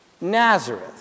Nazareth